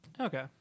Okay